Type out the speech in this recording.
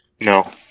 No